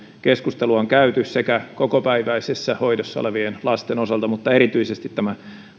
keskustelua on käyty sekä kokopäiväisessä hoidossa olevien lasten osalta että erityisesti näiden